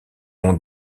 ont